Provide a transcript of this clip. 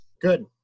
Good